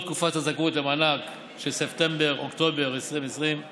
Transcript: תקופת הזכאות למענק של ספטמבר-אוקטובר 2020,